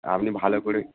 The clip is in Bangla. আপনি ভালো করে